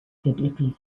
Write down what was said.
biblical